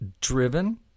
driven